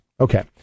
Okay